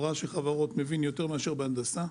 אני מבין בחברות יותר מאשר בהנדסה.